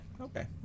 okay